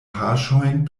paŝojn